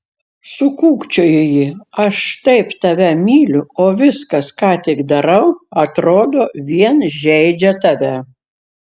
sukūkčiojo ji aš taip tave myliu o viskas ką tik darau atrodo vien žeidžia tave